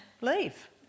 leave